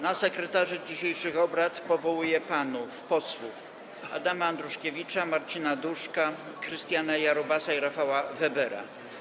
Na sekretarzy dzisiejszych obrad powołuję panów posłów Adama Andruszkiewicza, Marcina Duszka, Krystiana Jarubasa i Rafała Webera.